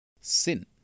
sin